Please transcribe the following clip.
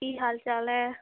ਕੀ ਹਾਲ ਚਾਲ ਹੈ